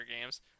games